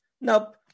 Nope